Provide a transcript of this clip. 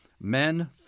men